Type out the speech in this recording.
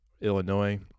Illinois